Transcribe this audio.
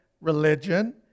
religion